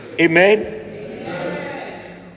Amen